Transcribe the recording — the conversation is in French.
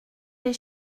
les